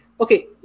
Okay